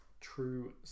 true